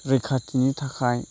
रैखाथिनि थाखाय